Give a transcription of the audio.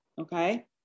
Okay